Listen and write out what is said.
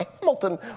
Hamilton